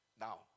Now